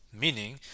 meaning